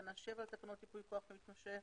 תקנה 7 לתקנות ייפוי כוח מתמשך.